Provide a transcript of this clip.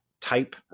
type